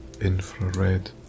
infrared